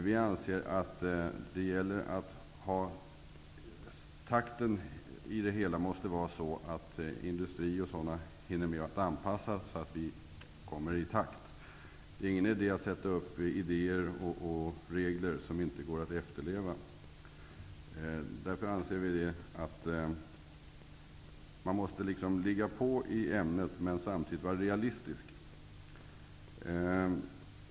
Takten på arbetet måste vara sådan, att t.ex. industri hinner anpassa verksamheten så, att landet kommer i takt. Det är ingen idé att genomföra idéer och sätta upp regler som inte går att efterleva. Vi anser därför att man måste ligga på, men samtidigt vara realistisk.